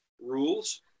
rules